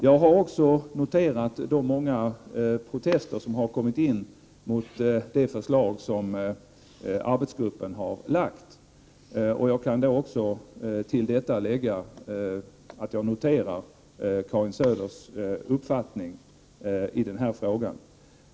Jag har också noterat de många protester som kommit in mot det förslag som arbetsgruppen lagt fram. Jag kan till detta också lägga att jag noterar Karin Söders uppfattning i den här frågan.